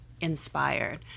inspired